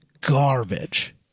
garbage